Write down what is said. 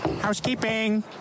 housekeeping